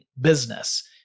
business